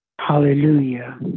hallelujah